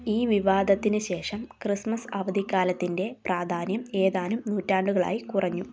ഈ വിവാദത്തിന് ശേഷം ക്രിസ്മസ് അവധിക്കാലത്തിൻ്റെ പ്രാധാന്യം ഏതാനും നൂറ്റാണ്ടുകളായി കുറഞ്ഞു